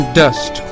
dust